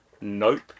Nope